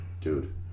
Dude